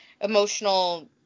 emotional